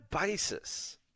basis